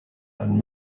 and